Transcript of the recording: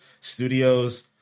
studios